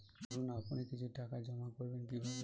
ধরুন আপনি কিছু টাকা জমা করবেন কিভাবে?